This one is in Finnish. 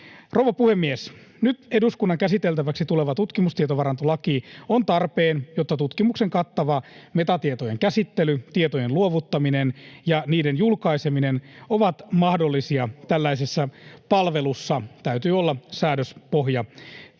Rouva puhemies! Nyt eduskunnan käsiteltäväksi tuleva tutkimustietovarantolaki on tarpeen, jotta tutkimuksien kattava metatietojen käsittely, tietojen luovuttaminen ja niiden julkaiseminen ovat mahdollisia tällaisessa palvelussa — vapaassa oikeusvaltiossa